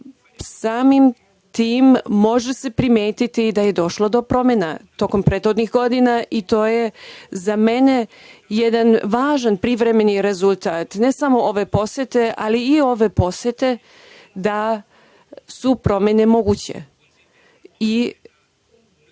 Samim tim može se primetiti da je došlo do promena tokom prethodnih godina i to je za mene jedan važan privremeni rezultat, ne samo ove posete, ali i ove posete, da su promene moguće